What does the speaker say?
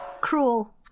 cruel